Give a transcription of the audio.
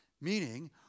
Meaning